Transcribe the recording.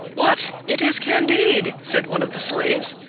what! it is candide! said one of the slaves.